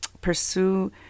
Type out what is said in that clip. pursue